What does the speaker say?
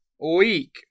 week